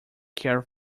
care